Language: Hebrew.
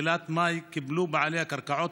ובתחילת מאי קיבלו בעלי הקרקעות,